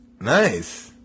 Nice